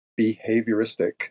behavioristic